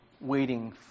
waiting